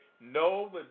No